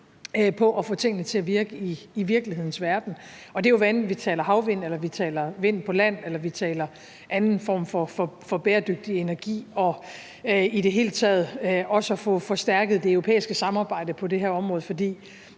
på at få tingene til at virke i virkelighedens verden – og det er jo, hvad enten vi taler havvind, eller vi taler vind på land, eller vi taler anden form for bæredygtig energi – og i det hele taget også at få forstærket det europæiske samarbejde på det her område. For